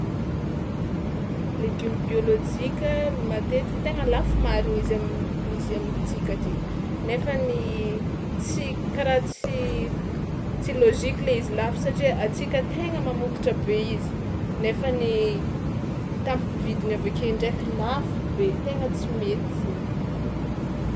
Legioma biôlôjika matetika tegna lafo marigna izy am- izy amintsika aty, nefany tsy karaha tsy tsy lôjika le izy lafo satria antsika tegna mamokatra be izy nefany tampoko vidiny avy ake ndraiky lafo be tegna tsy mety zay.